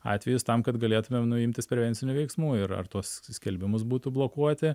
atvejus tam kad galėtumėm nu imtis prevencinių veiksmų ir ar tuos skelbimus būtų blokuoti